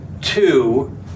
two